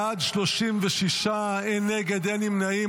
בעד, 36, אין נגד, אין נמנעים.